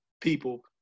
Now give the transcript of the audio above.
people